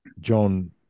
John